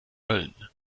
mölln